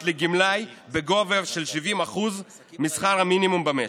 לגמלאי בגובה של 70% משכר המינימום במשק,